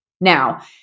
Now